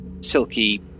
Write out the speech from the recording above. silky